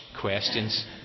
questions